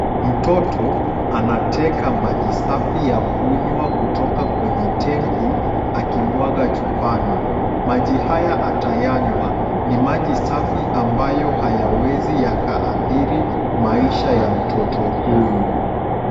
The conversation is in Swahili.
Mtoto anateka maji safi ya kunywa kutoka kwenye tanki akimwaga chupani. Maji haya atayanywa. Ni maji safi ambayo hayawezi yakaadhiri maisha ya mtoto huyu.